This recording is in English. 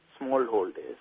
smallholders